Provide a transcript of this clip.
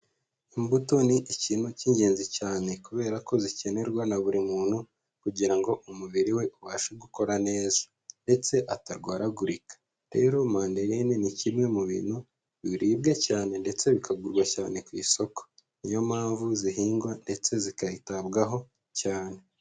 Imbuto ni ikintu cy'ingenzi cyane kubera ko zikenerwa na buri muntu kugirango umubiri we ubashe gukora neza ndetse atarwaragurika. Rero mandeline ni kimwe mu bintu biribwa cyane ndetse bikagurwa cyane ku isoko. Niyo mpamvu zihingwa ndetse zikitabwaho cyane.